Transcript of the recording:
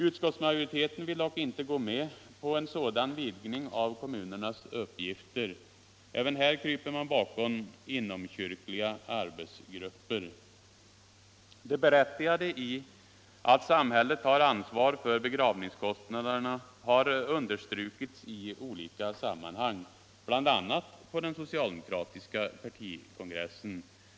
Utskottsmajoriteten vill dock inte gå med på en sådan vidgning av kommunernas uppgifter. Även här kryper man bakom inomkyrkliga arbetsgrupper. Det berättigade i att samhället tar ansvar för begravningskostnaderna har understrukits i olika sammanhang, bl.a. på den socialdemokratiska partikongressen.